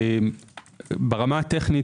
ברמה הטכנית,